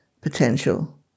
potential